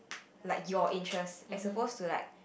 like your interest is suppose to like